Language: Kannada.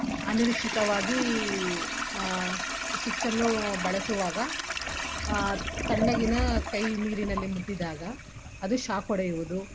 ಅನಿರೀಕ್ಷಿತವಾಗಿ ಸ್ವಿಚ್ಚನ್ನು ಬಳಸುವಾಗ ತಣ್ಣಗಿನ ಕೈ ನೀರಿನಲ್ಲಿ ಮುಟ್ಟಿದಾಗ ಅದು ಶಾಕ್ ಹೊಡೆಯುವುದು